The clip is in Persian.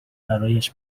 برایش